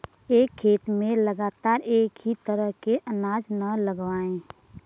एक खेत में लगातार एक ही तरह के अनाज न लगावें